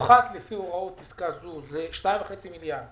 שיופחת לפי הוראות פסקה זו הוא 2.5 מיליארד שקלים,